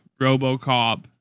Robocop